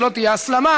שלא תהיה הסלמה,